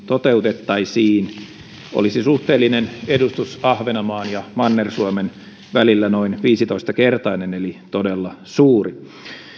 toteutettaisiin olisi suhteellinen edustus ahvenanmaan ja manner suomen välillä noin viisitoista kertainen eli todella suuri